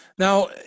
Now